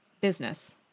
business